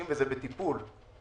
זה בטיפול.